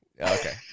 Okay